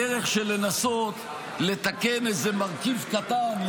הדרך של לנסות לתקן איזה מרכיב קטן,